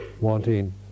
wanting